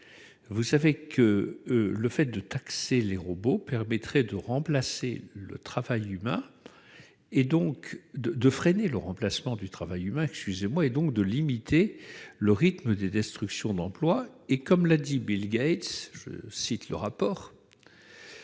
des emplois d'ici à 2025. Taxer les robots permettrait de freiner le remplacement du travail humain, donc de limiter le rythme des destructions d'emplois et, comme l'a dit Bill Gates, cité dans le rapport,